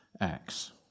Acts